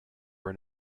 were